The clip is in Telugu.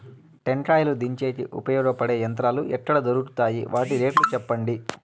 టెంకాయలు దించేకి ఉపయోగపడతాయి పడే యంత్రాలు ఎక్కడ దొరుకుతాయి? వాటి రేట్లు చెప్పండి?